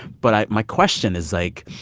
but i my question is, like,